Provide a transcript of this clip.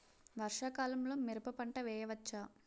వర్షాకాలంలో మిరప పంట వేయవచ్చా?